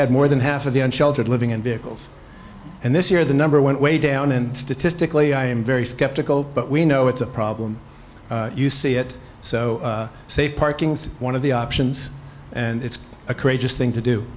had more than half of the end sheltered living in vehicles and this year the number went way down and statistically i am very skeptical but we know it's a problem you see it so safe parking one of the options and it's a courageous thing to